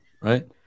right